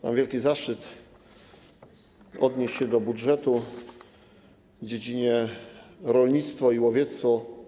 Mam wielki zaszczyt odnieść się do budżetu w dziale: rolnictwo i łowiectwo.